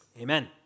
Amen